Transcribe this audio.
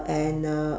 and uh